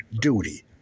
duty